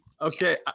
okay